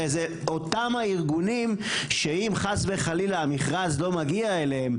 וזה אותם הארגונים שאם חס וחלילה המכרז לא מגיע אליהם,